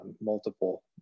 multiple